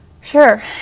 Sure